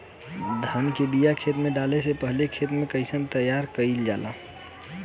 धान के बिया खेत में डाले से पहले खेत के कइसे तैयार कइल जाला?